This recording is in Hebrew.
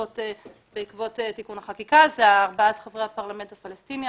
בעקבות תיקון החקיקה: ארבעת חברי הפרלמנט הפלסטיני,